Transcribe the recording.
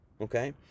okay